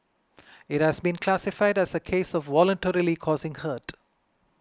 it has been classified as a case of voluntarily causing hurt